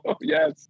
Yes